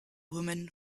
women